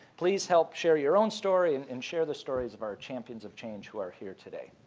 please help share your own story and and share the stories of our champions of change who are here today.